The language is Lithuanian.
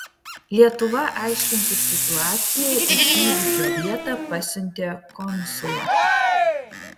lietuva aiškintis situaciją į įvykio vietą pasiuntė konsulą